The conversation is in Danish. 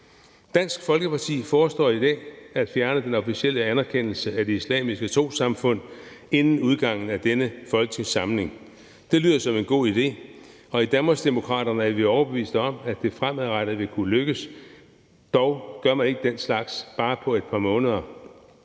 Dansk Folkeparti foreslår i dag at fjerne den officielle anerkendelse af det islamiske trossamfund inden udgangen af denne folketingssamling. Det lyder som en god idé, og i Danmarksdemokraterne er vi overbeviste om, at det fremadrettet vil kunne lykkes. Dog gør man ikke den slags på bare et par måneder,